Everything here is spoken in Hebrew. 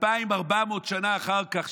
אלפיים ארבע מאות שנה אחר כך.